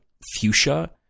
fuchsia